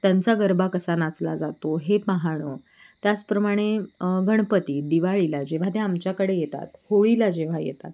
त्यांचा गरबा कसा नाचला जातो हे पाहणं त्याचप्रमाणे गणपती दिवाळीला जेव्हा ते आमच्याकडे येतात होळीला जेव्हा येतात